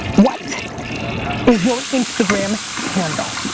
what is your instagram handle?